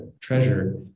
treasure